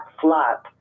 flat